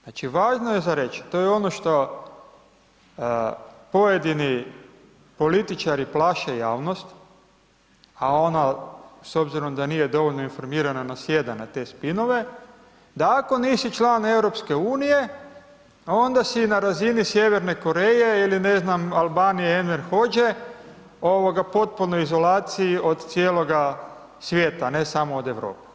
Znači, važno je za reći, to je ono što pojedini političari plaše javnost, a ona s obzirom da nije dovoljno informirana nasjeda na te spinove, da ako nisi član EU onda si na razini Sjeverne Koreje ili ne znam Albanije Enver Hodže, ovoga potpunoj izolaciji od cijeloga svijeta, ne samo od Europe.